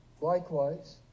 Likewise